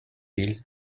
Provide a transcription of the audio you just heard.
bild